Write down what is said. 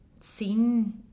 seen